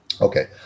Okay